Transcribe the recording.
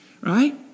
right